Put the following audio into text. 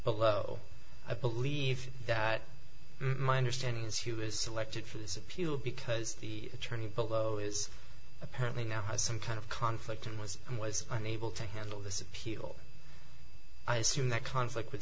below i believe that my understanding is he was selected for this appeal because the attorney below is apparently now has some kind of conflict and was and was unable to handle this appeal i see in that conflict